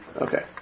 Okay